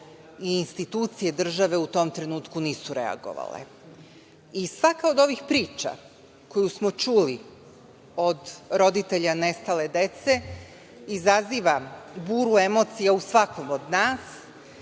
i institucije države u tom trenutku nisu reagovale. Svaka od ovih priča koju smo čuli od roditelja nestale dece izaziva buru emocija u svakom od nas